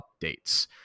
updates